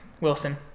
Wilson